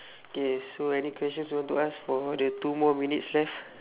K so any question you want to ask for the two more minutes left